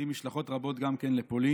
גם הוציא משלחות רבות לפולין,